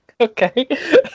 okay